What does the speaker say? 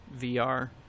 VR